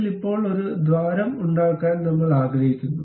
അതിൽ ഇപ്പോൾ ഒരു ദ്വാരം ഉണ്ടാക്കാൻ നമ്മൾ ആഗ്രഹിക്കുന്നു